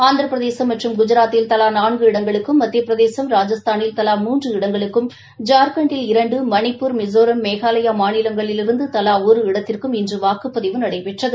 ஆந்திர பிரதேசம் மற்றும் குஜராதில் தலா நான்கு இடங்களுக்கும் மத்திய பிரதேசம் ராஜஸ்தானில் தலா மூன்ற இடங்களுக்கும் ஜார்க்கண்ட்டில் இரண்டு மணிப்பூர் மிஷோராம் மேகாலயா மாநிலங்களிலிருந்து தலா ஒரு இடத்திற்கும் இன்று வாக்குபதிவு நடைபெற்றது